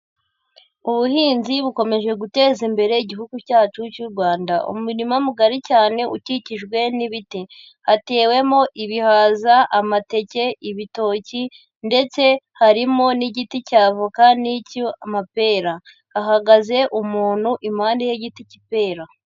Ubuhinzi bukomeje guteza imbere Igihugu cyacu cy'u Rwanda, umurima mugari cyane ukikijwe n'ibiti, hatewemo ibihaza, amateke, ibitoki ndetse harimo n'igiti cya avoka n'icy'amapera. Hahagaze umuntu impande y'igiti cy'ipera.